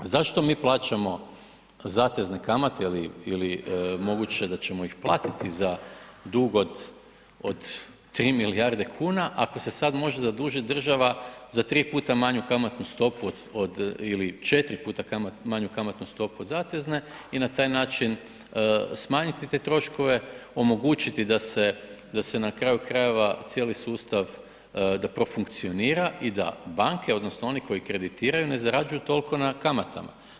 Zašto mi plaćamo zatezne kamate ili moguće da ćemo ih platiti za dug od 3 milijarde kuna ako se sad može zadužiti država za 3x manju kamatnu stopu od ili 4x manju kamatnu stopu zatezne i na taj način smanjiti te troškove, omogućiti da se na kraju krajeva cijeli sustav, da profunkcionira i da banke, odnosno oni koji kreditiraju ne zarađuju toliko na kamatama.